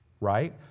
right